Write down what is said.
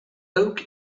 oak